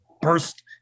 burst